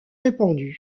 répandu